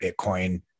Bitcoin